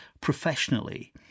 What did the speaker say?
professionally